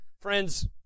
friends